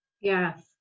Yes